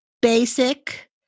basic